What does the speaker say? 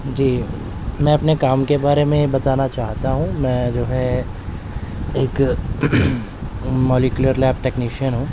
جی میں اپنے کام کے بارے میں بتانا چاہتا ہوں میں جو ہے ایک مولیکولر لیب ٹیکنیشین ہوں